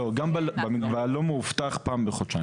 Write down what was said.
לא, גם בלא מאובטח זה פעם בחודשיים.